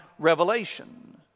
revelation